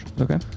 Okay